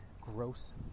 gross